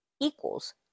equals